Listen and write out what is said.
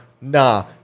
Nah